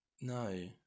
no